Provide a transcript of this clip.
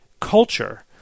culture